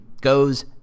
goes